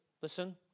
listen